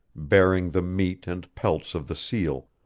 bearing the meat and pelts of the seal.